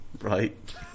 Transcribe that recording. Right